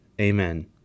Amen